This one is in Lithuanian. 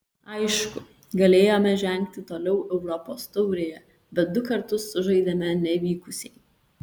aišku galėjome žengti toliau europos taurėje bet du kartus sužaidėme nevykusiai